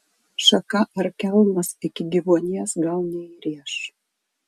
šaka ar kelmas iki gyvuonies gal neįrėš